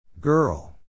Girl